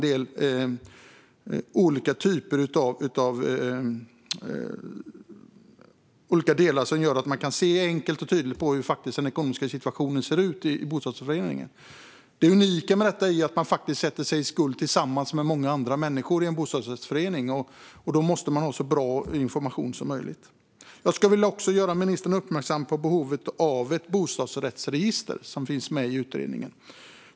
Det ska även finnas olika delar som gör att man enkelt och tydligt kan se hur den ekonomiska situationen ser ut i bostadsrättsföreningen. Det unika med en bostadsrättsförening är att man faktiskt sätter sig i skuld tillsammans med många andra människor, och då måste man ha så bra information som möjligt. Jag skulle också vilja göra ministern uppmärksam på frågan om ett bostadsrättsregister, som finns med i utredningen.